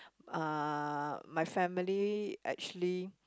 uh my family actually